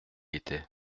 était